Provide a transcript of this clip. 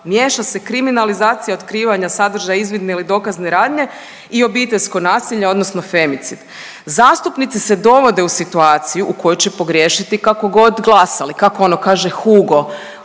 Miješa se kriminalizacija otkrivanja sadržaja izvidne ili dokazne radnje i obiteljsko nasilje odnosno femicid. Zastupnici se dovode u situaciju u kojoj će pogriješiti kako god glasali. Kako ono kaže Hugo